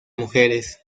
mujeres